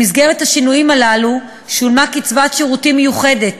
במסגרת השינויים הללו שולמה קצבת שירותים מיוחדים